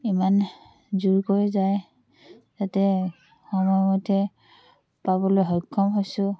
ইমান জোৰকৈ যায় যাতে সময়মতে পাবলৈ সক্ষম হৈছো